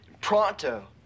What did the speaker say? pronto